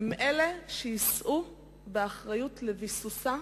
הם שיישאו באחריות לביסוסה,